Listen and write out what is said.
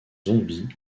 zombies